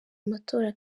amatora